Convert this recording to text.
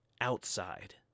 outside